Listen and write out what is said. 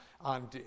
on